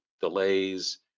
delays